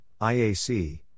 IAC